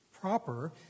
proper